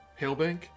Hailbank